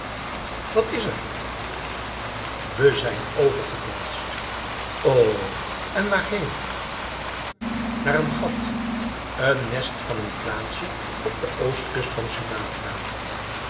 wat is erf we zijn overgeplaatst o en waarheenf naar een gat een nest van een plaatsje op de oostkust van sumatra